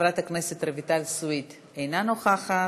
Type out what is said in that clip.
חברת הכנסת רויטל סויד, אינה נוכחת.